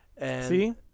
See